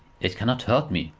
it cannot hurt me.